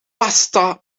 pasta